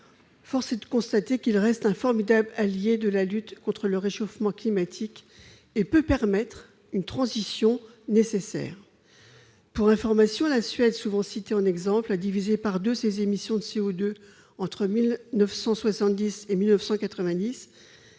force est de constater qu'il reste un formidable allié dans la lutte contre le réchauffement climatique et peut permettre la nécessaire transition. Pour information, la Suède, souvent citée en exemple, a divisé par deux ses émissions de CO2 entre 1970 et 1990,